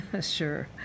Sure